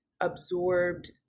absorbed